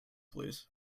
please